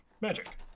magic